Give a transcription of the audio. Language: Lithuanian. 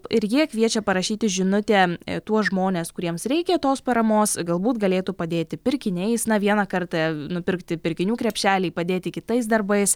ir ji kviečia parašyti žinutę tuos žmones kuriems reikia tos paramos galbūt galėtų padėti pirkiniais na vieną kartą nupirkti pirkinių krepšelį padėti kitais darbais